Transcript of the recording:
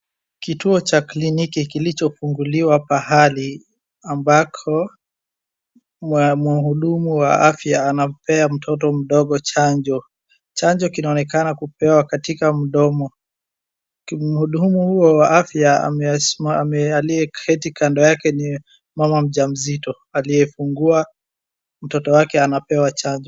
Kituo cha kliniki kilichofunguliwa pahali ambako, mhudumu wa afya anampea mtoto mdogo chanjo. Chanjo kinaonekana kupewa katika mdomo. Mhudumu huyo wa afya aliyeketi kando yake ni mama mjamzito aliyefungua, mtoto wake anapewa chanjo.